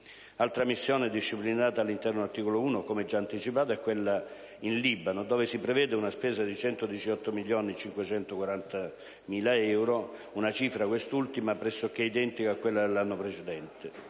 L'altra missione disciplinata all'interno dell'articolo 1 - come già anticipato - è quella in Libano dove si prevede una spesa di 118.540.833 euro, cifra, quest'ultima, pressoché identica a quella dell'anno precedente.